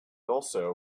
also